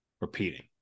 Repeating